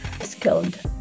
skilled